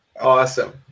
Awesome